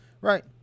Right